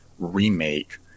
Remake